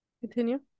continue